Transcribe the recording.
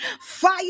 fire